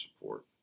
support